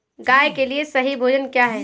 गाय के लिए सही भोजन क्या है?